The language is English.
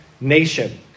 nation